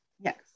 Yes